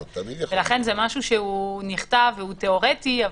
ולכן זה משהו שהוא נכתב והוא תיאורטי,